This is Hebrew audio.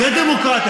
זו דמוקרטיה.